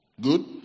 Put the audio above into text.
good